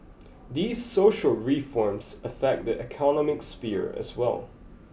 these social reforms affect the economic sphere as well